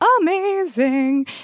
amazing